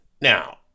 Now